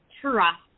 trust